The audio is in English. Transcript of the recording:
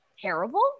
Terrible